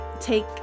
take